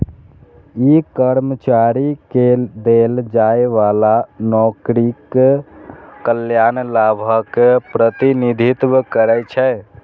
ई कर्मचारी कें देल जाइ बला नौकरीक कल्याण लाभक प्रतिनिधित्व करै छै